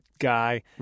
Guy